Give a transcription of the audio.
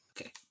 Okay